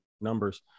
numbers